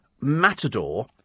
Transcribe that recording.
matador